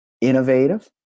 innovative